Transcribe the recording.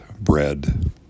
bread